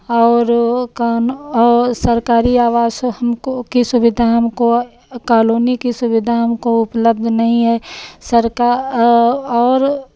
और ओ कौनो और सरकारी आवास हमको की सुविधा हमको कालोनी की सुविधा हमको उपलब्ध नहीं है सरकार और